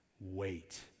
wait